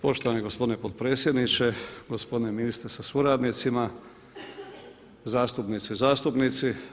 Poštovani gospodine potpredsjedniče, gospodine ministre sa suradnicima, zastupnice i zastupnici.